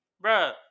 Bro